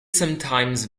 sometimes